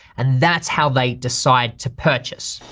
and that's how they decide to purchase.